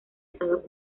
estados